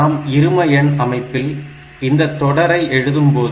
நாம் இரும எண் அமைப்பில் இந்த தொடரை எழுதும் போது